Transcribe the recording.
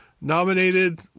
nominated